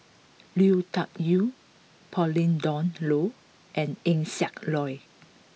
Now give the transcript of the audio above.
Lui Tuck Yew Pauline Dawn Loh and Eng Siak Loy